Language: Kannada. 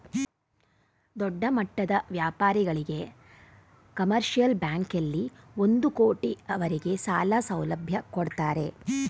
ದೊಡ್ಡಮಟ್ಟದ ವ್ಯಾಪಾರಿಗಳಿಗೆ ಕಮರ್ಷಿಯಲ್ ಬ್ಯಾಂಕಲ್ಲಿ ಒಂದು ಕೋಟಿ ಅವರಿಗೆ ಸಾಲ ಸೌಲಭ್ಯ ಕೊಡ್ತಾರೆ